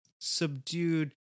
subdued